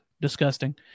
Disgusting